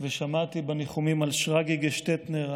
ושמעתי בניחומים על שרגי גשטטנר,